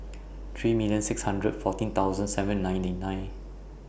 three million six hundred fourteen thousand seven ninety nine